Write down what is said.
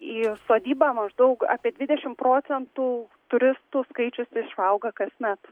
į sodybą maždaug apie dvidešimt procentų turistų skaičius išauga kasmet